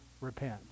repent